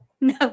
No